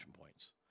points